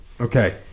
Okay